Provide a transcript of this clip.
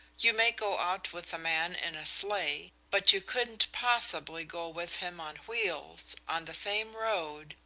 you may go out with a man in a sleigh, but you couldn't possibly go with him on wheels on the same road,